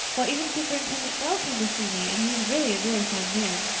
why, even superintendent bell came to see me, and he's really a very fine man.